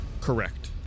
Correct